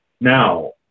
Now